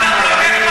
אתה מסית,